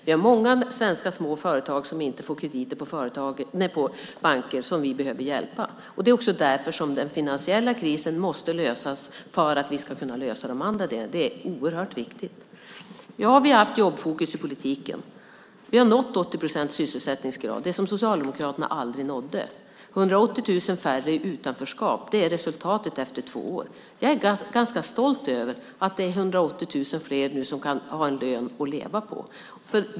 Det är många svenska små företag som inte får krediter på banker och som vi behöver hjälpa. Det är därför som den finansiella krisen måste lösas för att vi ska kunna lösa de andra delarna. Det är oerhört viktigt. Vi har haft jobbfokus i politiken. Vi har nått 80 procents sysselsättningsgrad, något som Socialdemokraterna aldrig nådde. 180 000 färre i utanförskap är resultatet efter två år. Jag är ganska stolt över att det är 180 000 fler som nu kan ha en lön att leva på.